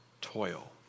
toil